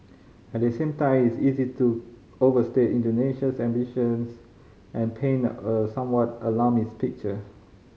at the same time is easy to overstate Indonesia's ambitions and painted a somewhat alarmist picture